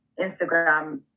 Instagram